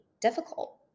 difficult